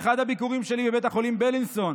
באחד הביקורים שלי בבית החולים בילינסון